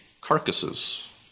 carcasses